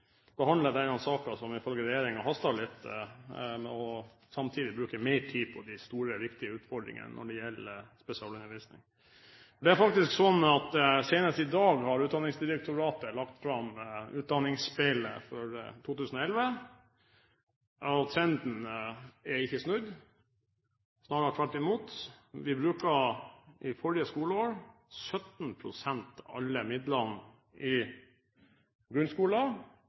behandle denne saken, som ifølge regjeringen hastet litt, og samtidig bruke mer tid på de store, viktige utfordringene når det gjelder spesialundervisning. Senest i dag la Utdanningsdirektoratet fram Utdanningsspeilet 2011. Trenden er ikke snudd, snarere tvert imot. Vi brukte forrige skoleår 17 pst. av alle midlene i grunnskolen